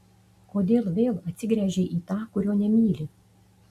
kodėl vėl atsigręžei į tą kurio nemyli